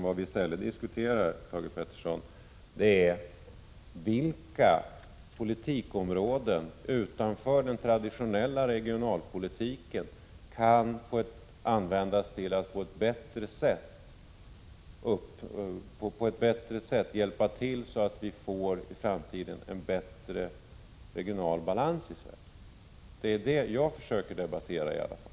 Vad vi diskuterar är: Vilka politikområden utanför den traditionella regionalpolitiken kan användas på ett bättre sätt så att vi i framtiden får en bättre regional balans i Sverige och vilka metoder skall vi då använda?